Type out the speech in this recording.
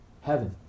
heaven